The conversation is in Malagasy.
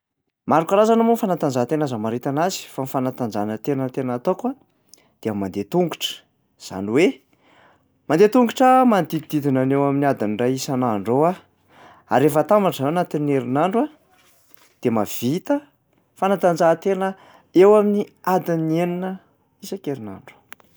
Maro karazana moa ny fanatanjahantena azo amaritana azy fa ny fanatanjanantena tena ataoko a dia mandeha tongotra, zany hoe mandeha tongotra manodidididina ny eo amin'ny adiny iray isan'andro eo aho ary rehefa atambatra zany ao anatin'ny erinandro a, de mahavita fanatanjahantena eo amin'ny adiny enina isan-kerinandro.